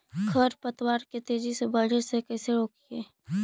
खर पतवार के तेजी से बढ़े से कैसे रोकिअइ?